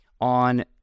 on